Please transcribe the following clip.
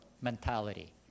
mentality